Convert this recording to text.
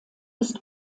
ist